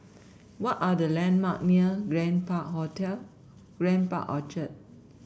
what are the landmark near Grand Park Hotel Grand Park Orchard